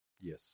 Yes